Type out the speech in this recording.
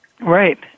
Right